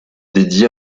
dédié